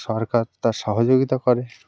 সরকার তার সহযোগিতা করে